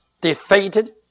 defeated